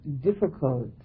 difficult